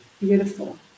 beautiful